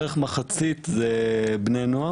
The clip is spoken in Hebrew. קצת פחות ממחצית זה בני נוער